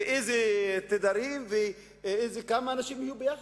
ואיזה תדרים וכמה אנשים יהיו ביחד.